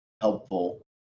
helpful